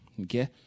Okay